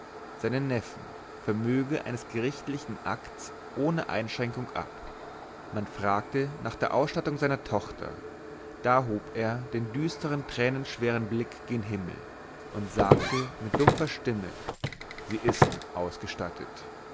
seinen neffen vermöge eines gerichtlichen akts ohne einschränkung ab man fragte nach der ausstattung seiner tochter da hob er den düstern tränenschweren blick gen himmel und sagte mit dumpfer stimme sie ist ausgestattet